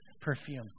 perfume